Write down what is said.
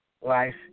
life